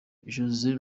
josé